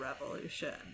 Revolution